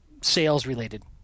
sales-related